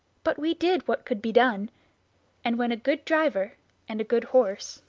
but we did what could be done and when a good driver and a good horse,